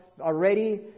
Already